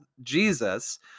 Jesus